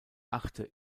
achte